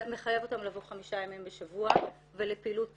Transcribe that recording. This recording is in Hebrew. זה מחייב אותן לבוא חמישה ימים בשבוע ולפעילות קבוצתית.